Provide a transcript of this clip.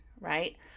right